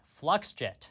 FluxJet